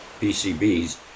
PCBs